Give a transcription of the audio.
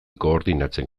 koordinatzen